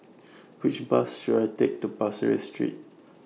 Which Bus should I Take to Pasir Ris Street